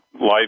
life